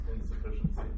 insufficiency